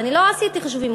אני לא עשיתי חישובים,